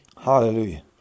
Hallelujah